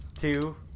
Two